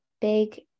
big